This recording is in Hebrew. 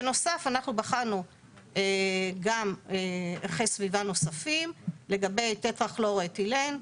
בנוסף אנחנו בחנו גם ערכי סביבה נוספים לגבי טטרהכלורואתילן,